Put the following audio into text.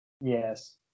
Yes